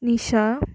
Nisha